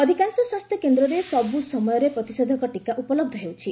ଅଧିକାଂଶ ସ୍ୱାସ୍ଥ୍ୟ କେନ୍ଦ୍ରରେ ସବୁ ସମୟରେ ପ୍ରତିଷେଧକ ଟୀକା ଉପଲବ୍ଧ ହେଉଛି